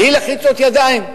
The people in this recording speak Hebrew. בלי לחיצות ידיים.